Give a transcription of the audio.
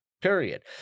period